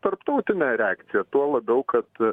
tarptautinė reakcija tuo labiau kad